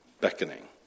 beckoning